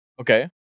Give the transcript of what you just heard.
Okay